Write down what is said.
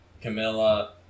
Camilla